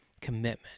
commitment